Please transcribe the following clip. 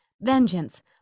Vengeance